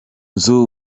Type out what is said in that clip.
nzu